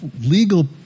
legal